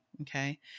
Okay